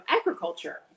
agriculture